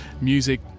music